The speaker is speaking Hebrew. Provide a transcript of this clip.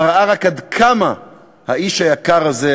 זה מראה רק עד כמה האיש היקר הזה,